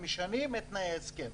משנים את תנאי ההסכם.